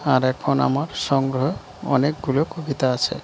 আর এখন আমার সংগ্রহে অনেকগুলো কবিতা আছে